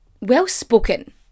well-spoken